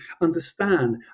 understand